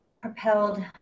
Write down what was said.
propelled